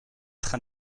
train